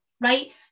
right